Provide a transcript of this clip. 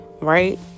Right